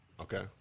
Okay